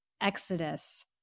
Exodus